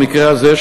במקרה הזה,